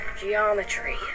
Geometry